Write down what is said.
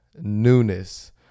newness